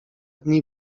dni